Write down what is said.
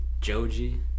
Joji